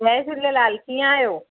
जय झूलेलाल कीअं आहियो